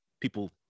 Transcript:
people